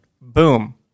Boom